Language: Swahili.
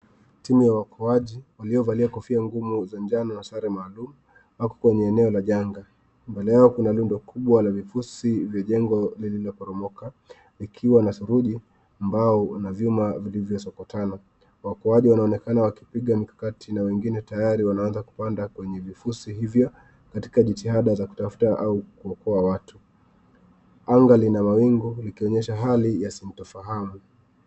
Timu ya waokoaji waliovalia kofia ngumu za njano na sare maalum wako kwenye eneo la janga. Mbele yao kuna lundo kubwa la vifusi vya jengo lililoporomoka likiwa na saruji, mbao na vyuma vilivyosokotano. Waokoaji wanaonekana wakipiga mikakati na wengine tayari wanaanza kupanda kwenye vifusi hivyo katika jitihada za kutafuta au kuokoa watu. Anga lina mawingu likionyesha hali ya sintofahamu.